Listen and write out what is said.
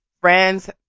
Friends